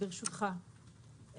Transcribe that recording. ברשותך,